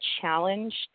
challenge